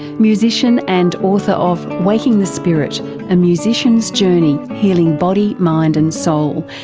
musician and author of waking the spirit a musician's journey healing body, mind, and soul,